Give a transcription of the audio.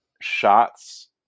shots